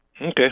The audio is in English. Okay